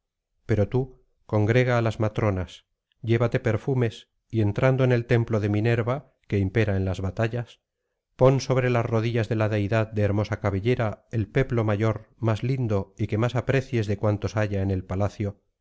pero tú congrega á las matronas llévate perfumes y entrando en el templo de minerva que impera en las batallas pon sobre las rodillas de la deidad de hermosa cabellera el peplo mayor más lindo y que más aprecies de cuantos haya en el palacio